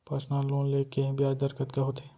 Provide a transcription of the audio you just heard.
Personal loan ले के ब्याज दर कतका होथे?